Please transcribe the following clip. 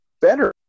better